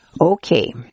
Okay